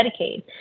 Medicaid